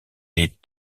est